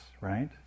right